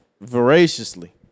voraciously